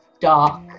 dark